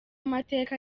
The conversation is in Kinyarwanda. amateka